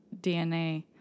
DNA